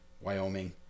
Wyoming